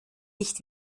nicht